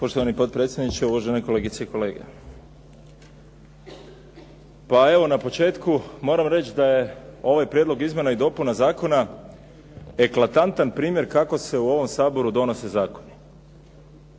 Poštovani potpredsjedniče, uvažene kolegice i kolege. Pa evo na početku moram reći da je ovaj prijedlog izmjena i dopuna zakona eklatantan primjer kako se u ovom Saboru donose zakoni.